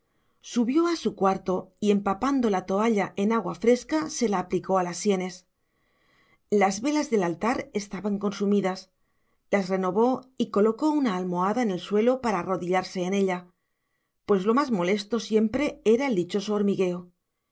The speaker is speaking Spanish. subió a su cuarto y empapando la toalla en agua fresca se la aplicó a las sienes las velas del altar estaban consumidas las renovó y colocó una almohada en el suelo para arrodillarse en ella pues lo más molesto siempre era el dichoso hormigueo